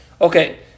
Okay